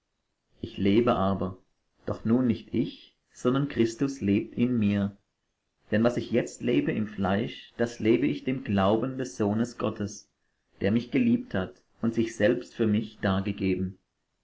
ich lebe aber doch nun nicht ich sondern christus lebt in mir denn was ich jetzt lebe im fleisch das lebe ich in dem glauben des sohnes gottes der mich geliebt hat und sich selbst für mich dargegeben